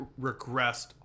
regressed